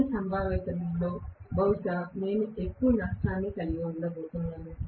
అన్ని సంభావ్యతలలో బహుశా నేను ఎక్కువ నష్టాలను కలిగి ఉంటాను